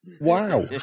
wow